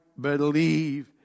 believe